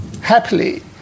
Happily